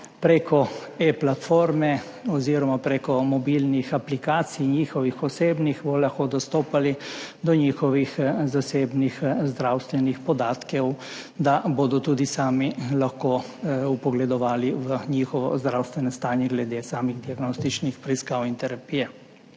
Preko e-platforme oziroma preko mobilnih aplikacij in njihovih osebnih bodo lahko dostopali do svojih zasebnih zdravstvenih podatkov, da bodo tudi sami lahko vpogledovali v svoje zdravstveno stanje, glede diagnostičnih preiskav in terapije.